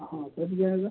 हाँ कट जाएगा